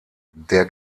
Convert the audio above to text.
der